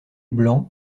blanc